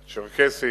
הצ'רקסית,